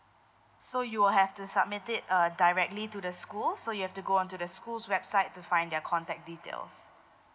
so you will have to submit it err directly to the school so you have to go on to the school's website to find their contact details